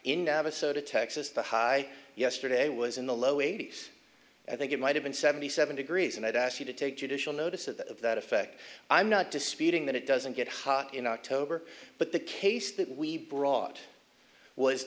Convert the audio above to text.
of texas the high yesterday was in the low eighty's i think it might have been seventy seven degrees and i'd ask you to take judicial notice of that of that effect i'm not disputing that it doesn't get hot in october but the case that we brought was